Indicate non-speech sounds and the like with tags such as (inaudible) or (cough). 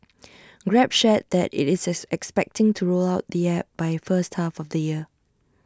(noise) grab shared that IT is expecting to roll out the app by first half of the year